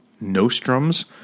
nostrums